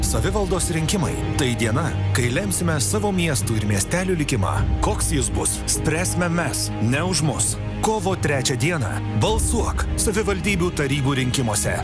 savivaldos rinkimai tai diena kai lemsime savo miestų ir miestelių likimą koks jis bus spręsime mes ne už mus kovo trečią dieną balsuok savivaldybių tarybų rinkimuose